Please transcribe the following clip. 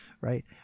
Right